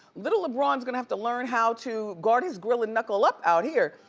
little lebron's gonna have to learn how to guard his grill and knuckle up out here.